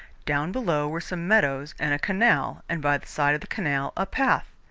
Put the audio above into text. down below were some meadows and a canal, and by the side of the canal, a path.